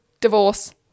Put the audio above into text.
Divorce